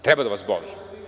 Treba da vas boli.